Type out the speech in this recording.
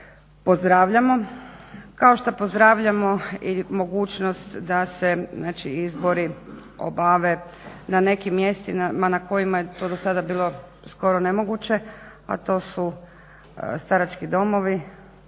pozdravljamo i mogućnost da se, znači izbori obave na nekim mjestima na kojima je to do sada bilo skoro nemoguće, a to su starački domovi.